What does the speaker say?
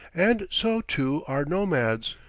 and so, too, are nomads.